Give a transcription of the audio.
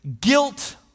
guilt